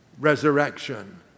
Resurrection